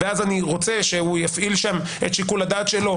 ואז אני רוצה שהוא יפעיל שם את שיקול הדעת שלו,